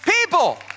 people